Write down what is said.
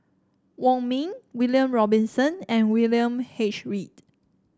Wong Ming William Robinson and William H Read